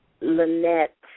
Lynette